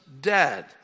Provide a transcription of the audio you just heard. dead